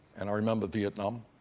and i remember vietnam,